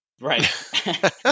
Right